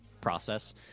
process